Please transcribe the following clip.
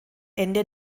ende